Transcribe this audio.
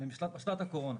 ממשל"ט הקורונה,